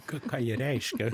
ką ką jie reiškia